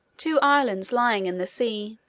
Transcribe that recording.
two islands lying in the sea.